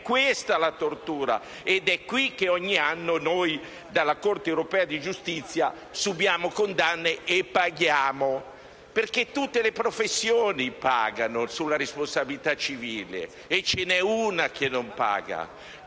È questa la tortura ed è qui che ogni anno dalla Corte europea di giustizia subiamo condanne e paghiamo. Tutte le professioni pagano sulla responsabilità civile, tranne una, quella degli